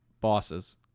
bosses